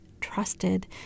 trusted